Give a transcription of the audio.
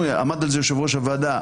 עמד על זה יושב-ראש הוועדה,